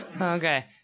Okay